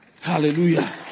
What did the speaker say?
Hallelujah